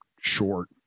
short